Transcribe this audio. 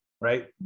right